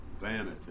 Vanity